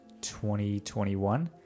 2021